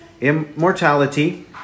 immortality